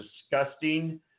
disgusting